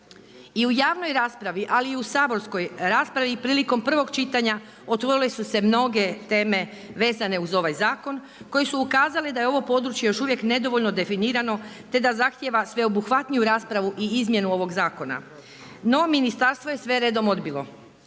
i u javnoj raspravi, ali i u saborskoj raspravi prilikom prvog čitanja otvorile su se mnoge teme vezane uz ovaj zakon koje su ukazale da je ovo područje još uvijek nedovoljno definirano, te da zahtijeva sveobuhvatniju raspravu i izmjenu ovog zakona. No, ministarstvo je sve redom odbilo